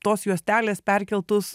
tos juostelės perkeltus